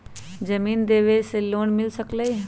जमीन देवे से लोन मिल सकलइ ह?